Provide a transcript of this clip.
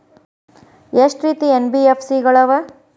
ಎಷ್ಟ ರೇತಿ ಎನ್.ಬಿ.ಎಫ್.ಸಿ ಗಳ ಅವ?